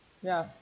ya